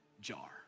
jar